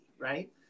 Right